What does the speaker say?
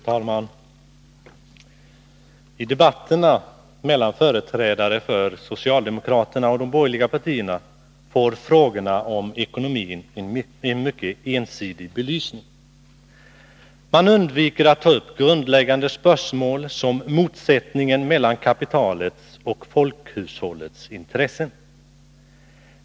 Fru talman! I debatterna mellan företrädare för socialdemokraterna och för de borgerliga partierna får frågorna om ekonomin en mycket ensidig belysning. Man undviker att ta upp grundläggande spörsmål som motsättningen mellan kapitalets och folkhushållets intressen.